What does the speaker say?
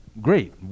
Great